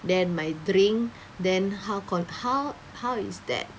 then my drink then how con~ how how is that